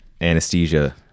anesthesia